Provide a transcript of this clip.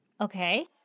Okay